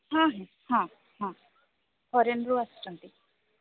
ହଁ ହଁ ହଁ ହଁ ଫରେନ୍ରୁ ଆସୁଛନ୍ତି